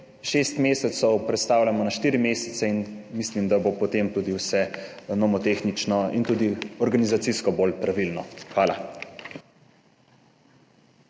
šest mesecev prestavljamo na štiri mesece in mislim, da bo potem tudi vse nomotehnično in tudi organizacijsko bolj pravilno. Hvala.